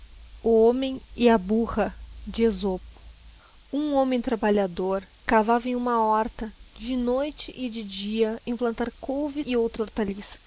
o homem e a burra hum homem trabalhador cavava era huma horta de noite e de dia em plantar couves e outra